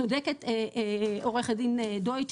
צודקת עורכת דין דויטש.